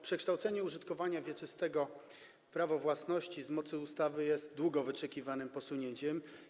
Przekształcenie użytkowania wieczystego w prawo własności z mocy ustawy jest długo wyczekiwanym posunięciem.